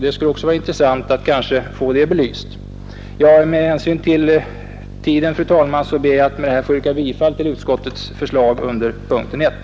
Det skulle vara intressant att även få den frågan belyst. Med hänsyn till tiden, fru talman, ber jag att med detta få yrka bifall till utskottets förslag under punkten 1.